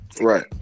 right